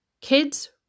Kids